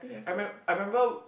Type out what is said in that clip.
I remem~ I remember